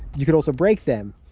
you could also break them.